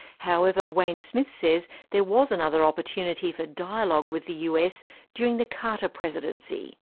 however, wayne smith says there was another opportunity for dialogue with the us during the carter presidency.